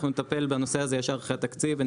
אנחנו נטפל בנושא הזה ישר אחרי התקציב.